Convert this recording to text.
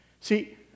See